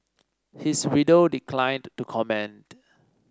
his widow declined to comment